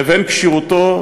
לבין כשירותו,